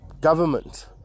government